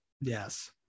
Yes